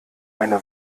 eine